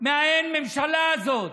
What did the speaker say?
מהאין-ממשלה הזאת.